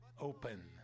open